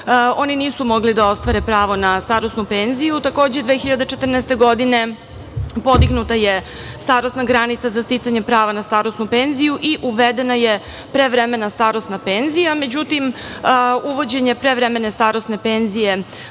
Oni nisu mogli da ostvare pravo na starosnu penziju. Takođe, 2014. godine podignuta je starosna granica za sticanje prava na starosnu penziju i uvedena je prevremena starosna penzija. Međutim, uvođenje prevremene starosne penzije